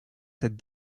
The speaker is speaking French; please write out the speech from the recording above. cette